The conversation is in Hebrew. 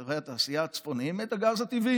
להביא את הגז הטבעי